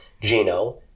Geno